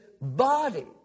body